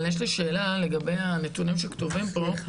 אבל יש לי שאלה לגבי הנתונים שכתובים פה,